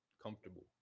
comfortable